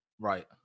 Right